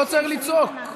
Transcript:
לא צריך לצעוק.